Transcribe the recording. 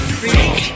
freak